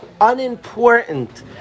unimportant